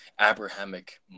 Abrahamic